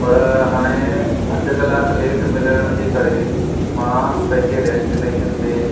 पर हाणे अधु कलाकु लेट मिलण जे करे मां पंहिंजे डेस्टिनेशन ते